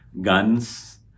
guns